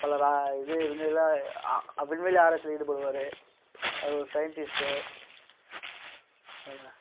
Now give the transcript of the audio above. பல ரா இது விண்வெளியில் ஆ விண்வெளி ஆராய்ச்சியில் ஈடுபடுவார் அவர் ஒரு சயின்டிஸ்ட்டு